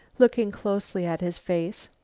looking closely at his face.